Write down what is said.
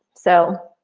so